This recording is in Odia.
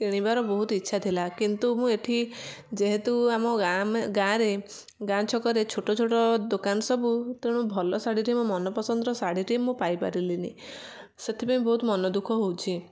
କିଣିବାର ବହୁତ ଇଚ୍ଛା ଥିଲା କିନ୍ତୁ ମୁଁ ଏଇଠି ଯେହେତୁ ଆମ ଗାଁ ରେ ଗାଁ ଛକରେ ଛୋଟ ଛୋଟ ଦୋକାନ ସବୁ ତେଣୁ ଭଲ ଶାଢ଼ୀଟେ ମୋ ମନପସନ୍ଦ ର ଶାଢ଼ୀଟେ ମୁଁ ପାଇପାରିଲିନି ସେଥିପାଇଁ ବହୁତ ମନ ଦୁଖଃ ହଉଛି